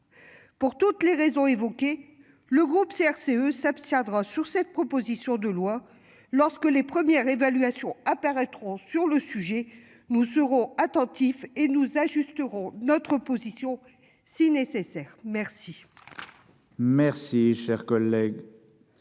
Pour toutes les raisons évoquées. Le groupe CRCE s'abstiendront sur cette proposition de loi lorsque les premières évaluations apparaîtront sur le sujet. Nous serons attentifs et nous ajusteront notre position si nécessaire. Merci. Si. Merci cher collègue.